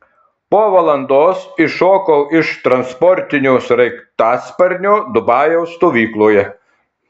po valandos iššokau iš transportinio sraigtasparnio dubajaus stovykloje